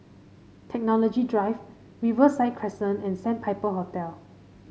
Technology Drive Riverside Crescent and Sandpiper Hotel